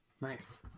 Nice